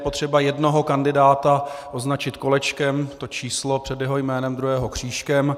Je potřeba jednoho kandidáta označit kolečkem číslo před jeho jménem, druhého křížkem.